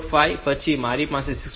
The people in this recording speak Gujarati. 5 પછી મારી પાસે 6